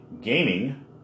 gaming